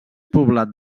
poblat